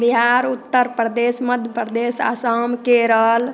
Bihar Uttar Pradesh Madhya Pradesh Assam Kerala